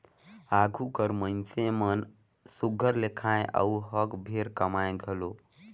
आघु कर मइनसे मन सुग्घर ले खाएं अउ हक भेर कमाएं घलो